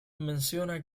menciona